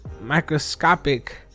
microscopic